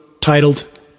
titled